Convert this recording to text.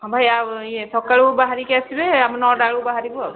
ହଁ ଭାଇ ଆଉ ଇଏ ସକାଳୁ ବାହାରିକି ଆସିଲେ ଆମେ ନଅଟା ବେଳକୁ ବାହାରିବୁ ଆଉ